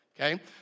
Okay